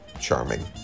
charming